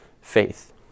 faith